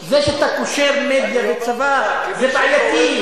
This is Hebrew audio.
זה שאתה קושר מדיה וצבא זה בעייתי.